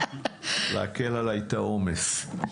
להקל עליי את העומס.